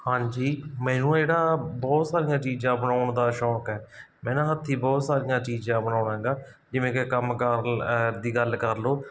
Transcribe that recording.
ਹਾਂਜੀ ਮੈਨੂੰ ਜਿਹੜਾ ਬਹੁਤ ਸਾਰੀਆਂ ਚੀਜ਼ਾਂ ਬਣਾਉਣ ਦਾ ਸ਼ੌਂਕ ਹੈ ਮੈਂ ਨਾ ਹੱਥੀ ਬਹੁਤ ਸਾਰੀਆਂ ਚੀਜ਼ਾਂ ਬਣਾਉਂਦਾ ਗਾ ਜਿਵੇਂ ਕਿ ਕੰਮ ਕਾਰ ਦੀ ਗੱਲ ਕਰ ਲਓ